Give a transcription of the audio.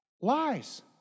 lies